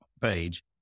page